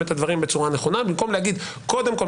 את הדברים בצורה נכונה במקום להגיד: קודם כול,